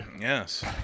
Yes